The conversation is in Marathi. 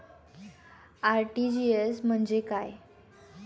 आर.टी.जी.एस म्हणजे काय?